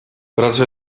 разве